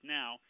now